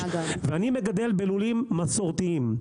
ואני מגדל בלולים מסורתיים,